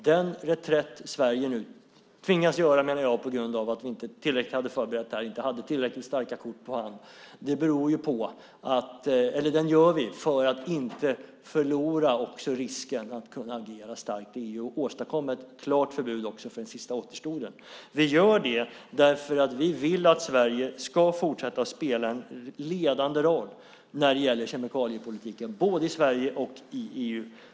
Den reträtt Sverige nu tvingas göra, på grund av att man inte hade förberett det här tillräckligt och inte hade tillräckligt starka kort på hand, gör vi för att inte förlora möjligheten att agera starkt i EU och åstadkomma ett klart förbud också för den sista återstoden. Vi gör det därför att vi vill att Sverige ska fortsätta att spela en ledande roll när det gäller kemikaliepolitiken både i Sverige och i EU.